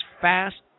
fast